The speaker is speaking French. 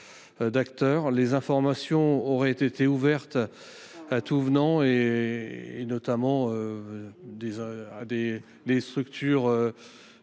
les informations seraient ouvertes au tout venant, notamment à des structures